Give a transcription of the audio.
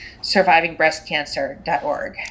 survivingbreastcancer.org